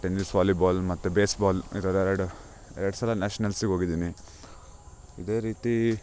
tennis volleyball ಮತ್ತು baseball ಇದರ ಎರಡು ಎರಡು ಸಲ ನ್ಯಾಷನಲ್ಸಿಗೆ ಹೋಗಿದಿನಿ ಇದೇ ರೀತಿ